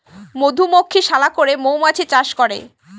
মধুমক্ষিশালা করে মৌমাছি চাষ করে